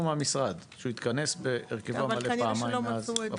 מהמשרד היא שהוא התכנס בהרכבו המלא פעמיים מאז.